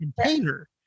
container